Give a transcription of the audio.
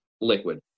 liquid